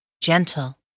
gentle